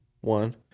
One